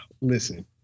Listen